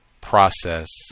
process